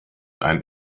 ein